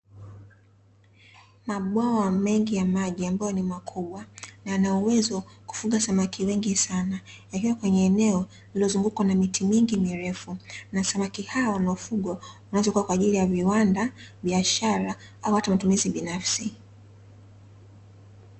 Mabwawa mengi ya maji ambayo ni makubwa, na yana uwezo wa kufuga samaki wengi sana wakiwa kwenye eneo lililozungukwa na miti mingi mirefu, na samaki hao wanaofugwa wanaotumika kwa ajili ya viwanda, biashara au hata matumizi binafsi.